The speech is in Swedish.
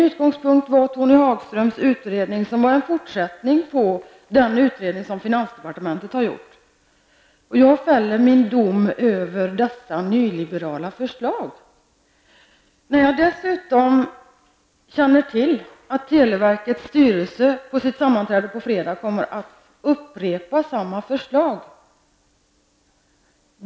Utgångspunkten för mig var Tony Hagströms utredning, som var en fortsättning på den utredningen som finansdepartementet har gjort. Jag fäller min dom över dessa nyliberala förslag. Jag känner till att televerkets styrelse på sitt sammanträde på fredag kommer att upprepa samma förslag.